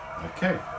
okay